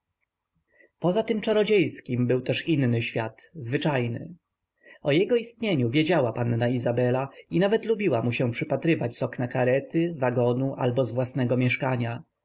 poza tym czarodziejskim był jeszcze inny świat zwyczajny o jego istnieniu wiedziała panna izabela i nawet lubiła mu się przypatrywać z okna karety wagonu albo z własnego mieszkania